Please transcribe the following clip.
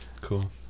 Cool